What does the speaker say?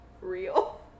Real